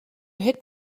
hit